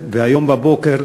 לכנסת, והיום בבוקר,